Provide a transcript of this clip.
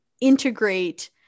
integrate